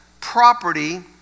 property